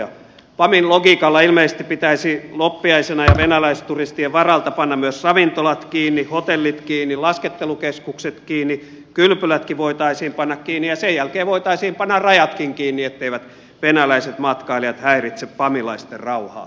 pamin logiikalla ilmeisesti pitäisi loppiaisena ja venäläisturistien varalta panna myös ravintolat kiinni hotellit kiinni laskettelukeskukset kiinni kylpylätkin voitaisiin panna kiinni ja sen jälkeen voitaisiin panna rajatkin kiinni etteivät venäläiset matkailijat häiritse pamilaisten rauhaa